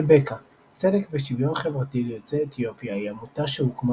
טבקה - צדק ושוויון ליוצאי אתיופיה היא עמותה שהוקמה